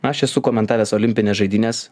aš esu komentavęs olimpines žaidynes